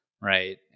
right